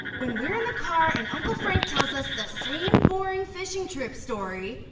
when we're in the car, and uncle frank tells us the same boring fishing trip story,